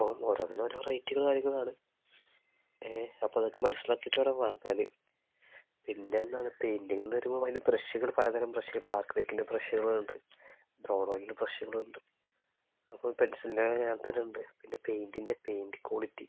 അപ്പം ഓരോന്നിനും ഓരോ റൈറ്റും കാര്യങ്ങളും ആണ് ഏ അപ്പം അതൊക്കെ മനസ്സിലാക്കിയിട്ട് വേണം വാങ്ങാൻ പിന്നെന്താണ് പെയിൻറിങ്ങ് എന്ന് വരുമ്പോൾ അതിൻ്റെ ബ്രഷുകൾ പലതരം ബ്രഷുകൾ ഡാർക്ക് വിക്കിൻ്റെ ബ്രഷുകളുണ്ട് ബ്രൗൺ ഓയിലിൻ്റെ ബ്രഷുകളുണ്ട് അപ്പം പെൻസിലിൻ്റെ അങ്ങനെ തന്നെ ഉണ്ട് പിന്നെ പെയിൻറിൻ്റെ പെയിൻറ് ക്വാളിറ്റി